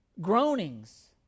Groanings